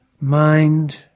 Mind